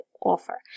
offer